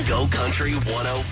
GoCountry105